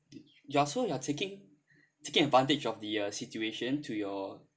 you are so so you are taking taking advantage of the uh situation to your